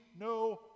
no